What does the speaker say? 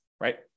right